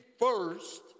first